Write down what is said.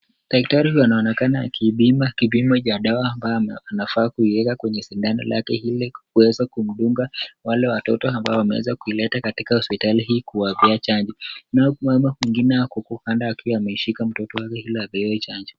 Daktari huyu anaonekana akipima kipimo cha dawa kwenye sindano ambayo anafaa kuiweka kwenye sindano lake kuweza kumdunga kudunga wale watoto ambao wameweza kuileta katika hospitali hii kuwapea chanjo nao mama huku kando akiwa ameshika mtoto wake ili apewe chanjo.